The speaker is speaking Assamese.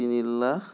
তিনি লাখ